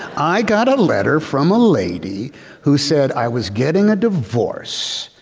i got a letter from a lady who said i was getting a divorce.